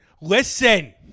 Listen